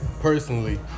personally